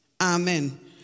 Amen